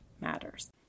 matters